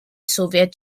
soviet